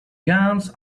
guns